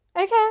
Okay